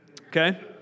Okay